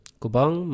kubang